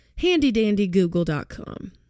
handydandygoogle.com